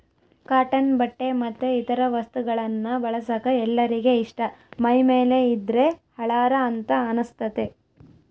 cotton ಬಟ್ಟೆ ಮತ್ತೆ ಇತರ ವಸ್ತುಗಳನ್ನ ಬಳಸಕ ಎಲ್ಲರಿಗೆ ಇಷ್ಟ ಮೈಮೇಲೆ ಇದ್ದ್ರೆ ಹಳಾರ ಅಂತ ಅನಸ್ತತೆ